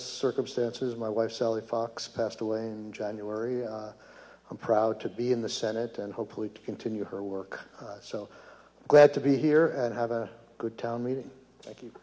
circumstances my wife sally fox passed away and january i'm proud to be in the senate and hopefully to continue her work so glad to be here and have a good town meeting